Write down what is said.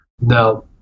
Now